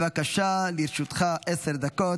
חבר הכנסת אופיר כץ בעד, לפרוטוקול.